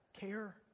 Care